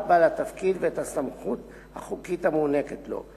בעל התפקיד ואת הסמכות החוקית המוענקת לו.